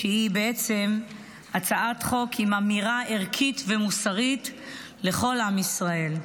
שהיא בעצם הצעת חוק עם אמירה ערכית ומוסרית לכל עם ישראל.